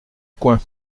coin